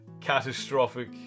catastrophic